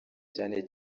cyane